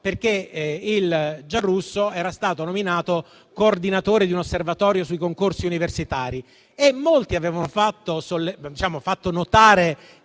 perché il Giarrusso era stato nominato coordinatore di un osservatorio sui concorsi universitari e molti avevano fatto notare